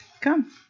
come